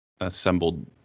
assembled